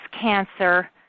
cancer